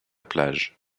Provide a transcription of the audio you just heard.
plage